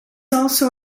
also